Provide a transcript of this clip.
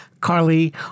Carly